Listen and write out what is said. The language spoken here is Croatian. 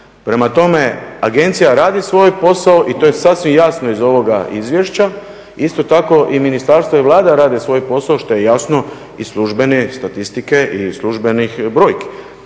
Prema tome, agencija radi svoj posao i to je sasvim jasno iz ovoga izvješća. Isto tako i ministarstvo i Vlada rade svoj posao što je jasno iz službene statistike i službenih brojki.